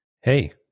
Hey